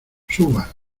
suba